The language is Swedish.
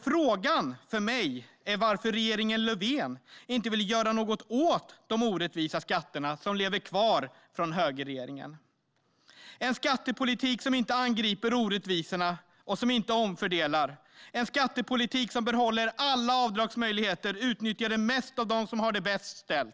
Frågan för mig är varför regeringen Löfven inte vill göra något åt de orättvisa skatterna, som lever kvar från högerregeringen. Det är en skattepolitik som inte angriper orättvisorna och som inte omfördelar. Det är en skattepolitik som behåller alla avdragsmöjligheter, mest utnyttjade av dem som har det bäst ställt.